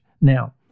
Now